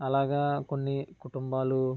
అలాగ కొన్ని కుటుంబాలు